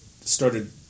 started